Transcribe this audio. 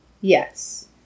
Yes